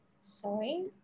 Sorry